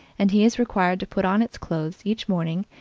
and he is required to put on its clothes each morning,